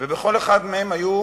ובכל אחד מהם היו